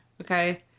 Okay